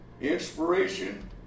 inspiration